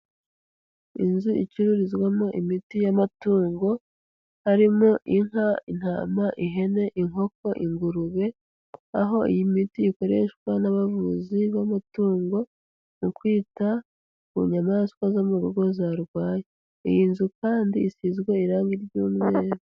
Inzu icururizwamo imiti y'amatungo arimo: inka, intama, ihene, inkoko, ingurube aho iyi miti ikoreshwa n'abavuzi b'amatungo mu kwita ku nyamaswa zo mu rugo zarwaye, iyi nzu kandi isizwe irangi ry'umweru.